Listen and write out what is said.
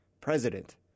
President